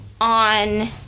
on